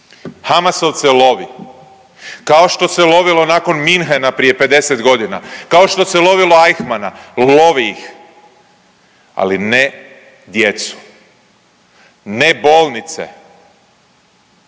Hamasovce lovi kao što se lovilo nakon Munchena prije 50 godina, kao što se lovilo Eichmanna. Lovi ih, ali ne djecu, ne bolnice.